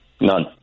None